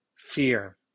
fear